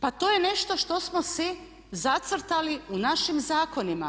Pa to je nešto smo si zacrtali u našim zakonima.